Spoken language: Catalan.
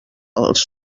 els